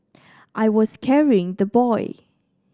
I was carrying the boy